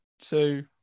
two